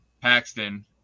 paxton